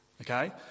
Okay